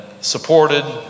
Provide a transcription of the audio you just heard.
supported